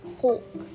Hulk